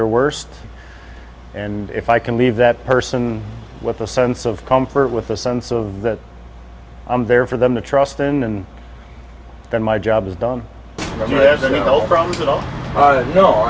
their worst and if i can leave that person with a sense of comfort with a sense of that i'm there for them to trust in and then my job's done f